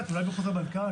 ה-זום.